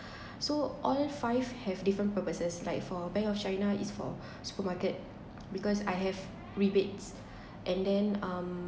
so all five have different purposes like for bank of china is for supermarket because I have rebates and then um